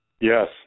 Yes